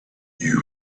you